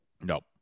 Nope